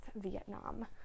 vietnam